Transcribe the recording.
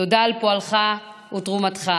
תודה על פועלך ותרומתך.